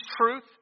truth